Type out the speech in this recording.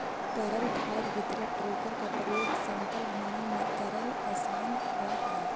तरल खाद वितरक टेंकर के प्रयोग समतल भूमि में कऽरेला असान रहऽ हई